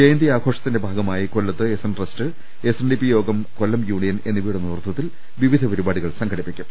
ജയന്തി ആഘോഷത്തിന്റെ ഭാഗമായി കൊല്ലത്ത് SN trust SNDP Yogam Kollam union എന്നിവയുടെ നേതൃത്വ ത്തിൽ വിവിധ പരിപാടികൾ സംഘടിപ്പിക്കും